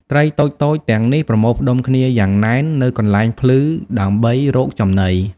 ត្រីតូចៗទាំងនេះប្រមូលផ្តុំគ្នាយ៉ាងណែននៅកន្លែងភ្លឺដើម្បីរកចំណី។